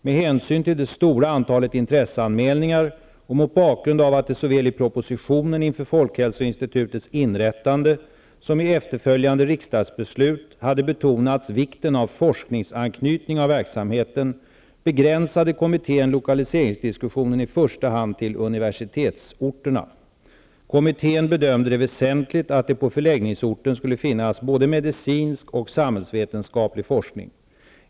Med hänsyn till det stora antalet intresseanmälningar och mot bakgrund av att det såväl i propositionen inför folkhälsoinstitutets inrättande som i efterföljande riksdagsbeslut hade betonats vikten av forskningsanknytning av verksamheten, begränsade kommittén lokaliseringsdiskussionen i första hand till universitetsorterna. Kommittén bedömde det som väsentligt att det på förläggningsorten skulle finnas både medicinsk och samhällsvetenskaplig forskning.